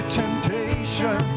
temptation